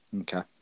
Okay